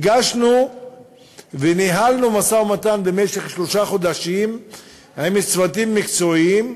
הגשנו וניהלנו משא-ומתן במשך שלושה חודשים עם משרדים מקצועיים,